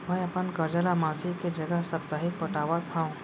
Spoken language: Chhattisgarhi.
मै अपन कर्जा ला मासिक के जगह साप्ताहिक पटावत हव